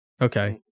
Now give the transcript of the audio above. Okay